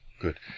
Good